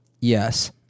Yes